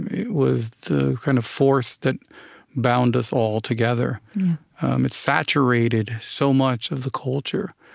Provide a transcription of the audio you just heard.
it was the kind of force that bound us all together. um it saturated so much of the culture.